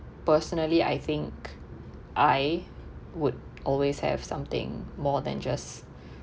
personally I think I would always have something more than just